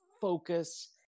focus